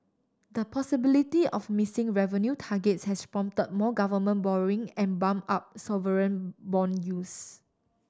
the possibility of missing revenue targets has prompt more government borrowing and bump up sovereign bond yields